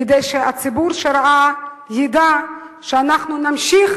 כדי שהציבור שראה ידע שאנחנו נמשיך